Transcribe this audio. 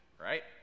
right